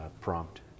prompt